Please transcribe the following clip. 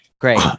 Great